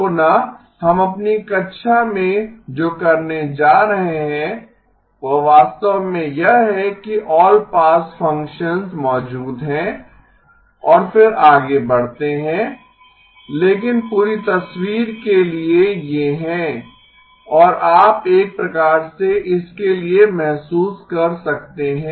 पुनः हम अपनी कक्षा में जो करने जा रहे हैं वह वास्तव में यह है कि ऑल पास फ़ंक्शंस मौजूद हैं और फिर आगे बढ़ते हैं लेकिन पूरी तस्वीर के लिए ये हैं और आप एक प्रकार से इसके लिए महसूस कर सकते हैं